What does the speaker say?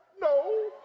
no